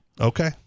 okay